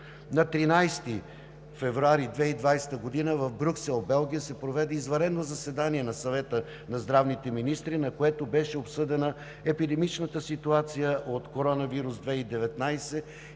На 13 февруари 2020 г. в Брюксел – Белгия, се проведе извънредно заседание на Съвета на здравните министри, на което беше обсъдена епидемичната ситуация от коронавирус 2019